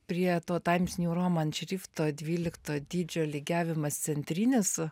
prie to taims nju roman šrifto dvylikto dydžio lygiavimas centrinis